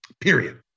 period